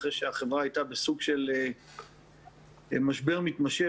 ואחרי שהחברה הייתה בסוג של משבר מתמשך